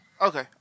Okay